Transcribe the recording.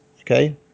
Okay